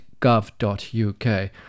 gov.uk